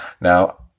Now